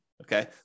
Okay